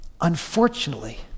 unfortunately